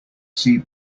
sea